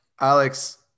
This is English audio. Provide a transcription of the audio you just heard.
Alex